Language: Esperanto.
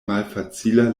malfacila